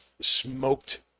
smoked